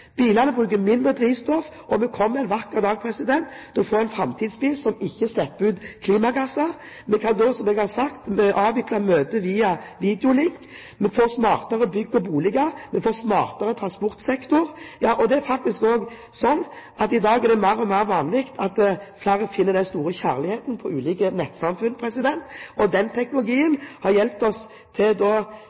Bilene bruker mindre drivstoff, og vi kommer en vakker dag til å få en framtidsbil som ikke slipper ut klimagasser. Vi kan da, som jeg har sagt, avvikle møter via videolink. Vi får smartere bygg og boliger, og vi får smartere transportsektor. Det er faktisk også slik at det i dag er mer og mer vanlig at flere finner den store kjærligheten på ulike nettsamfunn, og den teknologien har hjulpet oss til